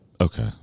Okay